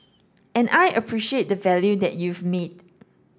and I appreciate the value that you've made